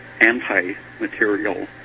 anti-material